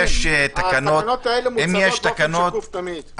התקנות האלה מוצגות באופן שקוף תמיד.